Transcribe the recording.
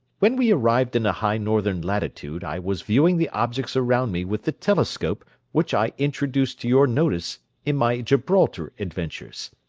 when we arrived in a high northern latitude i was viewing the objects around me with the telescope which i introduced to your notice in my gibraltar adventures.